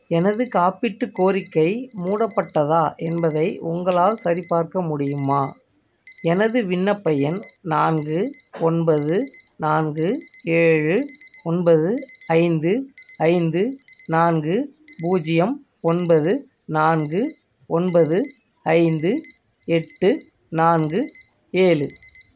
எனது காப்பீட்டுக் கோரிக்கை மூடப்பட்டதா என்பதை உங்களால் சரிபார்க்க முடியுமா எனது விண்ணப்ப எண் நான்கு ஒன்பது நான்கு ஏழு ஒன்பது ஐந்து ஐந்து நான்கு பூஜ்ஜியம் ஒன்பது நான்கு ஒன்பது ஐந்து எட்டு நான்கு ஏழு